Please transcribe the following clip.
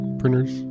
printers